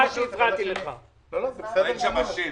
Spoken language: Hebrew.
השר אומר שאין אשמים.